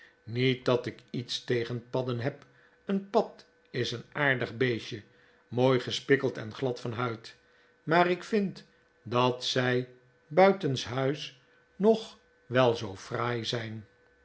niet dat ik iets tegen padden heb een pad is een aardig beestje mooi gespikkeld en glad van huid maar ik vind dat zij buitenshuis nog wel zoo fraai zijn